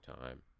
time